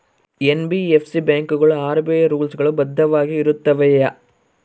NBFC ಬ್ಯಾಂಕುಗಳು RBI rules ಗಳು ಬದ್ಧವಾಗಿ ಇರುತ್ತವೆಯ?